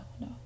no